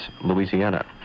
Louisiana